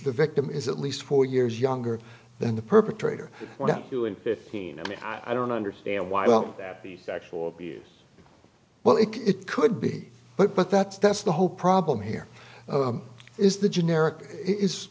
the victim is at least four years younger than the perpetrator doing fifteen i mean i don't understand why well that the sexual abuse well it could it could be but but that's that's the whole problem here is the generic i